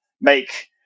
make